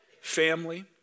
family